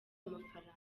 amafaranga